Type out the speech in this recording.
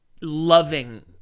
loving